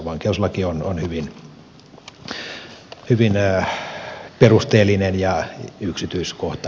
vankeuslaki on hyvin perusteellinen ja yksityiskohtainen